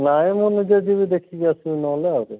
ନାଇଁ ମୁଁ ନିଜେ ଯିବି ଦେଖିକି ଆସିବି ନହେଲେ ଆଉ